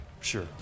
Sure